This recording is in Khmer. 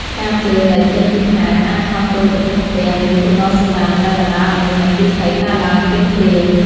ផ្កាភ្លើងដែលចេញពីផាវអាចហោះចូលទៅក្នុងផ្ទះ ឬគំនរសំរាមដែលបណ្តាលឱ្យមានអគ្គិភ័យកើតឡើងភ្លាមៗ។